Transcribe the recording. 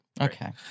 Okay